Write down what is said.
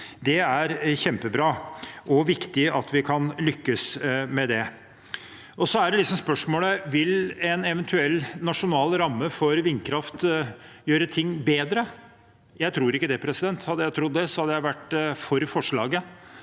Det er kjempebra og viktig at vi kan lykkes med det. Så er spørsmålet: Vil en eventuell nasjonal ramme for vindkraft gjøre ting bedre? Jeg tror ikke det. Hadde jeg trodd det, hadde jeg vært for forslaget.